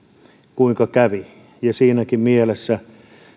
kuinka kävi siinäkään mielessä